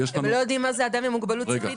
הם לא יודעים מה זה אדם עם מוגבלות שכלית,